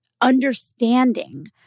understanding